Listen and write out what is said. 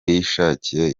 yishakiye